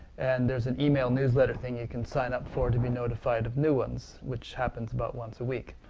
and there's an email newsletter thing you can sign up for to be notified of new ones, which happens about once a week.